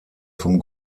vom